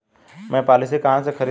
मैं पॉलिसी कहाँ से खरीदूं?